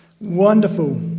Wonderful